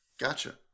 Gotcha